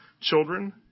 children